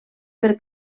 per